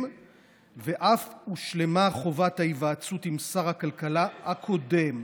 ואף הושלמה חובת ההיוועצות עם שר הכלכלה הקודם,